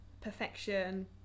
perfection